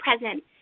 present